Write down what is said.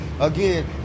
again